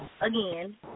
again